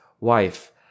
wife